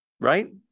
Right